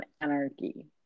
anarchy